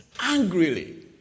angrily